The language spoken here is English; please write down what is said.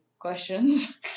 Questions